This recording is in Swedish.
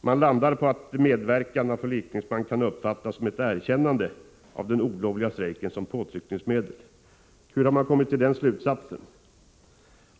Man landar på att medverkan av förlikningsman kan uppfattas som ett erkännande av den olovliga strejken som påtryckningsmedel. Hur har man kommit till den slutsatsen?